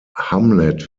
hamlet